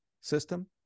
system